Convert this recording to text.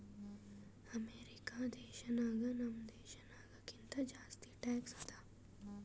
America ದೇಶನಾಗ್ ನಮ್ ದೇಶನಾಗ್ ಕಿಂತಾ ಜಾಸ್ತಿ ಟ್ಯಾಕ್ಸ್ ಅದಾ